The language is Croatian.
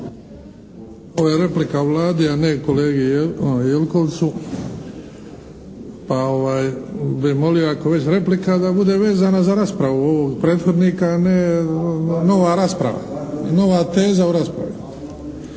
Ovo je replika Vladi, a ne kolegi Jelkovcu pa bi molio ako je već replika da bude vezana za raspravu ovu prethodnika a ne nova rasprava, nova teza o raspravi.